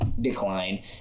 Decline